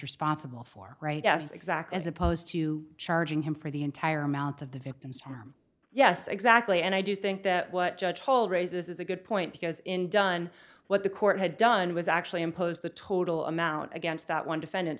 responsible for right as exact as opposed to charging him for the entire amount of the victim's home yes exactly and i do think that what judge toler raises is a good point because in done what the court had done was actually imposed the total amount against that one defendant